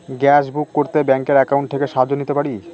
Gas book করতে ব্যাংকের account থেকে সাহায্য নিতে পারি?